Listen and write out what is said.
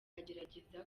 agerageza